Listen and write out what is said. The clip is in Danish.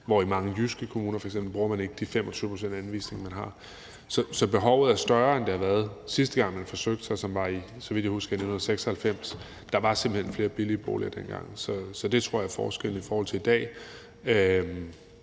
i mange jyske kommuner ikke bruger de 25 pct. anvisninger, man har. Så behovet er større, end det har været, sidste gang man forsøgte sig, som var i 1996, så vidt jeg husker. Der var simpelt hen flere billige boliger dengang, så det tror jeg er forskellen i forhold til i dag.